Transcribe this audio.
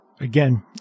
Again